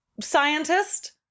scientist